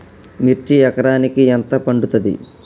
మిర్చి ఎకరానికి ఎంత పండుతది?